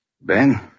Ben